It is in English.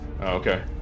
Okay